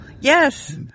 Yes